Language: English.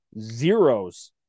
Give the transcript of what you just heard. zeros